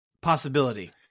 possibility